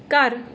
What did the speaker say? ਘਰ